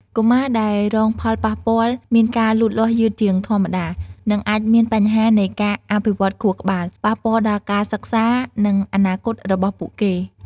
កុមារដែលរងផលប៉ះពាល់មានការលូតលាស់យឺតជាងធម្មតា និងអាចមានបញ្ហានៃការអភិវឌ្ឍខួរក្បាល ប៉ះពាល់ដល់ការសិក្សា និងអនាគតរបស់ពួកគេ។